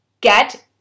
get